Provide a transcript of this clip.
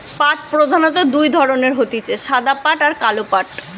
পাট প্রধানত দুই ধরণের হতিছে সাদা পাট আর কালো পাট